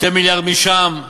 2 מיליארד משם,